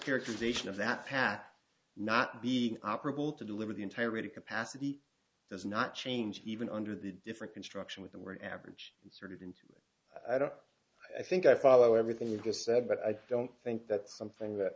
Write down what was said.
characterization of that path not being operable to deliver the entire rated capacity does not change even under the different construction with the word average inserted into it i don't i think i follow everything you just said but i don't think that's something that